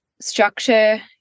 structure